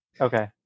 Okay